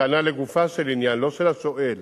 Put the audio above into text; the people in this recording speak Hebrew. הטענה לגופה של עניין, לא של השואל,